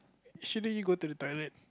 actually go to the toilet